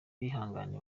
bihangane